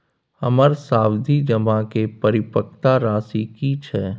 हमर सावधि जमा के परिपक्वता राशि की छै?